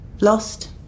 Lost